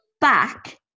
back